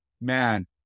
man